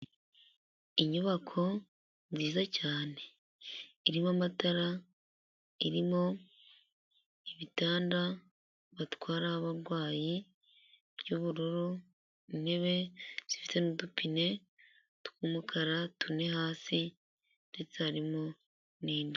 Inyubako nziza cyane irimo amatara, irimo ibitanda batwara ho abarwayi, by'ubururu, ntebe zifite n'udupine tw'umukara tune hasi, ndetse harimo n'inda.